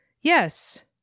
yes